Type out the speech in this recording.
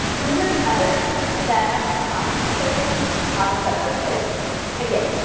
and then there's others that i'm trying to show them how to setup a quiz again.